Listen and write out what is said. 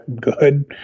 good